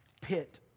pit